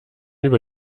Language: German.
über